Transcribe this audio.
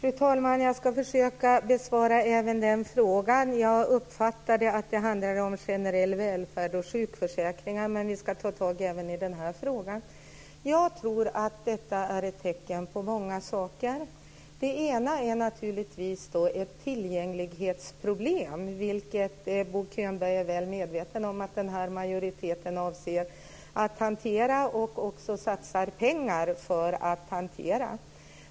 Fru talman! Jag ska försöka besvara även den frågan. Jag uppfattade att det handlade om generell välfärd och sjukförsäkringar, men vi ska ta tag även i den här frågan. Jag tror att detta är ett tecken på många saker. Det ena är naturligtvis ett tillgänglighetsproblem, vilket Bo Könberg är väl medveten om att den här majoriteten avser att hantera och även satsar pengar för att hantera.